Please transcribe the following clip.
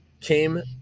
came